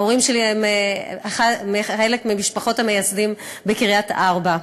ההורים שלי הם ממשפחות המייסדים בקריית-ארבע.